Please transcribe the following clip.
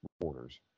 reporters